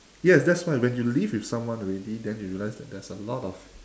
yes that's why when you live with someone already then you realise that there's a lot of